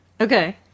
Okay